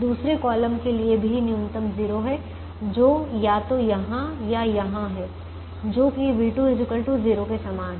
दूसरे कॉलम के लिए भी न्यूनतम 0 है जो या तो यहाँ या यहाँ है जो कि v2 0 के समान है